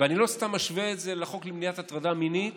אני לא סתם משווה את זה לחוק למניעת הטרדה מינית,